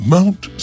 Mount